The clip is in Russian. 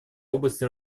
области